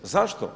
Zašto?